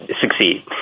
succeed